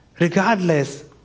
regardless